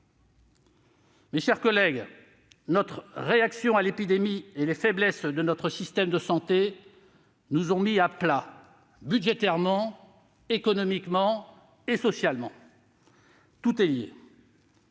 Mes chers collègues, notre réaction à l'épidémie et les faiblesses de notre système de santé nous ont mis à plat budgétairement, économiquement et socialement. Tout est lié.